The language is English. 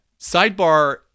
Sidebar